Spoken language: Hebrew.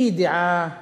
מאי-ידיעה